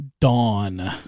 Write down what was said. Dawn